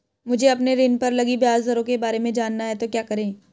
मुझे अपने ऋण पर लगी ब्याज दरों के बारे में जानना है तो क्या करें?